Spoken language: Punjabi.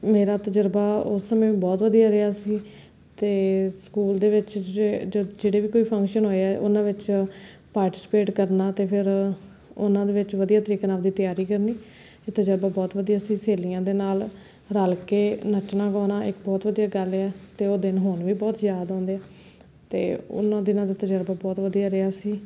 ਮੇਰਾ ਤਜ਼ਰਬਾ ਉਸ ਸਮੇਂ ਬਹੁਤ ਵਧੀਆ ਰਿਹਾ ਸੀ ਅਤੇ ਸਕੂਲ ਦੇ ਵਿੱਚ ਜਿਹੜੇ ਵੀ ਕੋਈ ਫ਼ੰਕਸ਼ਨ ਹੋਏ ਹੈ ਉਨ੍ਹਾਂ ਵਿੱਚ ਪਾਰਟੀਸੀਪੇਟ ਕਰਨਾ ਅਤੇ ਫਿਰ ਉਨ੍ਹਾਂ ਦੇ ਵਿੱਚ ਵਧੀਆ ਤਰੀਕੇ ਨਾਲ ਆਪਦੀ ਤਿਆਰੀ ਕਰਨੀ ਇਹ ਤਜ਼ਰਬਾ ਬਹੁਤ ਵਧੀਆ ਸੀ ਸਹੇਲੀਆਂ ਦੇ ਨਾਲ ਰਲ ਕੇ ਨੱਚਣਾ ਗਾਉਣਾ ਇੱਕ ਬਹੁਤ ਵਧੀਆ ਗੱਲ ਹੈ ਅਤੇ ਉਹ ਦਿਨ ਹੁਣ ਵੀ ਬਹੁਤ ਯਾਦ ਆਉਂਦੇ ਅਤੇ ਉਨ੍ਹਾਂ ਦਿਨਾਂ ਦਾ ਤਜ਼ਰਬਾ ਬਹੁਤ ਵਧੀਆ ਰਿਹਾ ਸੀ